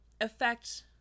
affect